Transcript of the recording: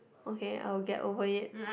okay I'll get over it